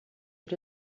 but